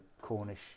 Cornish